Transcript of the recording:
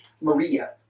Maria